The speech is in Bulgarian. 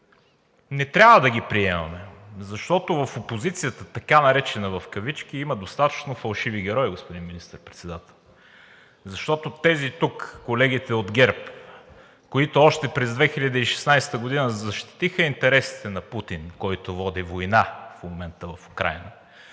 Не трябва да ги приемаме. Защото в така наречената опозиция, в кавички, има достатъчно фалшиви герои, господин Министър-председател. Защото тези тук, колегите от ГЕРБ, които още през 2016 г. защитиха интересите на Путин, който води война в момента в Украйна,